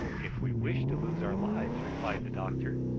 if we wish to lose our lives, replied the doctor.